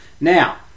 Now